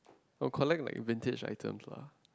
I'll collect like vintage item lah